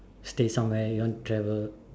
stay somewhere you want to travel